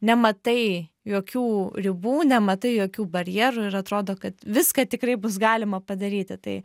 nematai jokių ribų nematai jokių barjerų ir atrodo kad viską tikrai bus galima padaryti tai